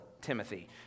Timothy